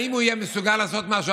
האם הוא יהיה מסוגל לעשות משהו?